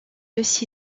aussi